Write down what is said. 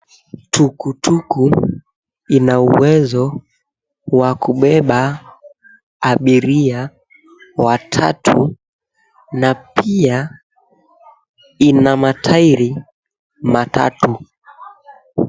Tukutuku ina uwezo wa kubeba abiria watatu, na pia ina matairi matatu.